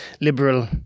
liberal